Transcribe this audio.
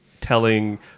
telling